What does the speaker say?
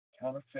counterfeit